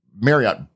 Marriott